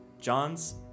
John's